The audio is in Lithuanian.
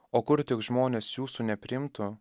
o kur tik žmonės jūsų nepriimtų